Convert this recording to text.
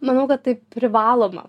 manau kad tai privaloma